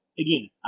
Again